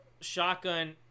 shotgun